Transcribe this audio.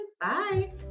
Bye